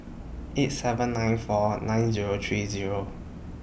eight seven nine four nine Zero three Zero